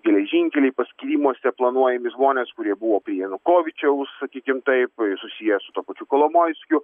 geležinkeliai paskyrimuose planuojami žmonės kurie buvo prie janukovyčiaus sakykim taip susiję su tuo pačiu kolomoiskiu